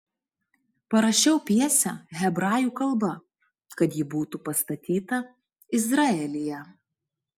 parašiau pjesę hebrajų kalba kad ji būtų pastatyta izraelyje